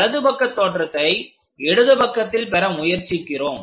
வலது பக்க தோற்றத்தை இடது பக்கத்தில் பெற முயற்சிக்கிறோம்